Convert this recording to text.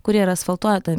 kuri yra asfaltuota